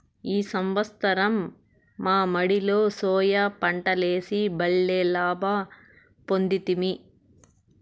ఈ సంవత్సరం మా మడిలో సోయా పంటలేసి బల్లే లాభ పొందితిమి